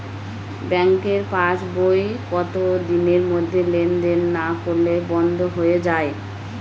ব্যাঙ্কের passbook কত দিনের মধ্যে লেন দেন না করলে বন্ধ হয়ে য়ায়?